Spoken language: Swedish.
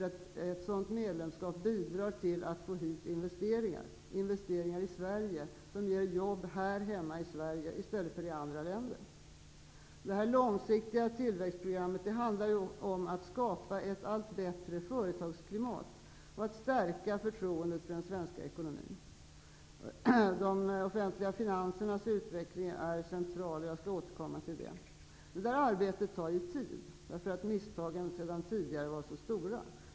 Ett sådant medlemskap bidrar till att få investeringar till Sverige som ger jobb här hemma i stället för i andra länder. Detta långsiktiga tillväxtprogram handlar om att skapa ett allt bättre företagsklimat och att stärka förtroendet för den svenska ekonomin. De offentliga finansernas utveckling är central. Jag skall återkomma till det. Detta arbete tar tid, därför att misstagen sedan tidigare var så stora.